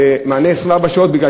של 24 שעות ביממה?